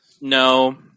No